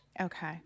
Okay